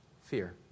Fear